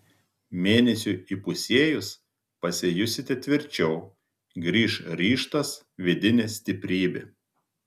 mėnesiui įpusėjus pasijusite tvirčiau grįš ryžtas vidinė stiprybė